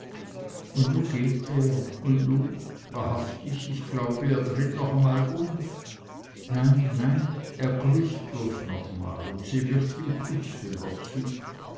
und nu geht er und nu wahrhaftig ich glaube er dreht noch mal um nei nei er grüßt bloß noch mal und sie wirft ihm kußfinger zu